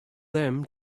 them